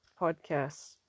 podcasts